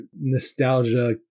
nostalgia